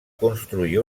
construir